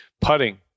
Putting